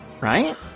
right